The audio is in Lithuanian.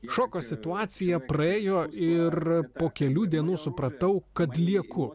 šoko situacija praėjo ir po kelių dienų supratau kad lieku